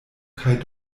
kaj